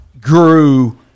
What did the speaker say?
grew